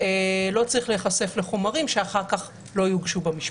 לא צריכים להיחשף לחומרים שאחר כך לא יוגשו במשפט.